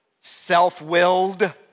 self-willed